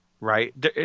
right